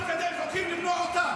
למה אתה מקדם חוקים למנוע אותם?